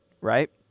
right